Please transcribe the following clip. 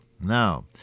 Now